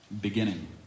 beginning